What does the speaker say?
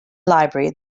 library